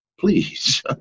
please